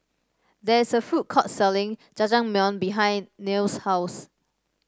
there is a food court selling Jajangmyeon behind Niles' house